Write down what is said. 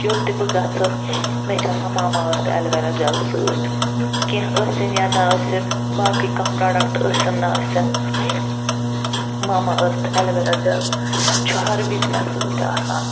یوٚت تہِ بہٕ گَژھٕ مےٚ چھُ آسان ماما أرتھ ایٚلویرا جل سۭتۍ